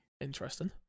interesting